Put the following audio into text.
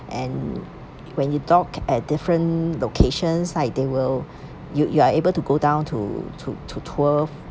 and when you dock at different locations like they will you you are able to go down to to to tour